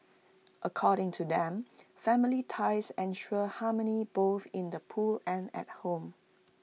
according to them family ties ensure harmony both in the pool and at home